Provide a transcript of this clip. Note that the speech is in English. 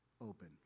open